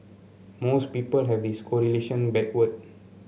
most people have this correlation backward